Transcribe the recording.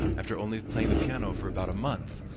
after only playing the piano for about a month,